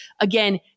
Again